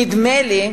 נדמה לי,